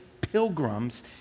pilgrims